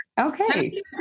okay